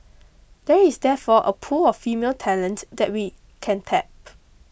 there is therefore a pool of female talent that we can tap